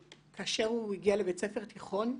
כאשר הוא הגיע לבית ספר תיכון,